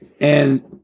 And-